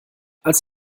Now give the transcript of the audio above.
als